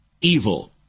evil